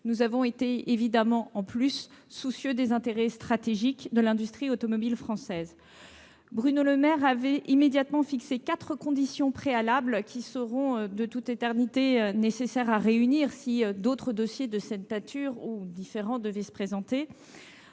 Nous avons été évidemment soucieux des intérêts stratégiques de l'industrie automobile française. Bruno Le Maire avait immédiatement fixé quatre conditions préalables- qui devraient de toute éternité nécessairement être réunies si d'autres dossiers de cette nature, ou différents, devaient se présenter